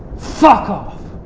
fuck off!